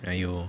!aiyo!